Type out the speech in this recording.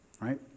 right